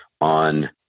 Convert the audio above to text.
on